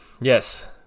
Yes